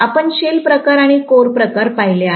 आपण शेलप्रकार आणि कोर प्रकार पाहिले आहेत